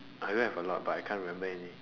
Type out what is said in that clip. I don't have a lot but I can't remember anything